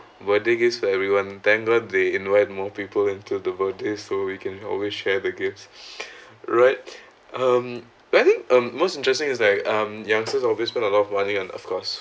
what is it for everyone then why they invite more people into the birthday so you can always share the gifts right um but I think um most interesting is like um youngsters always spend a lot of money on of course